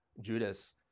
Judas